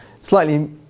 Slightly